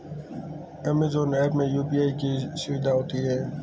Amazon app में UPI की सुविधा होती है